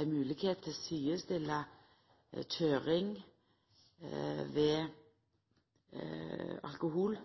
ei moglegheit til å likestilla køyring under påverknad av alkohol –